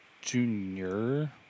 junior